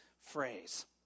phrase